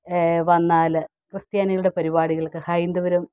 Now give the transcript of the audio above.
വന്നാൽ ക്രിസ്ത്യാനികളുടെ പരിപാടികൾക്ക് ഹൈന്ദവരും